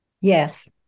Yes